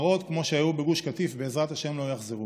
מראות כמו שהיו בגוש קטיף, בעזרת השם לא יחזרו.